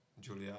Julia